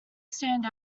stand